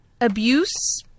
abuse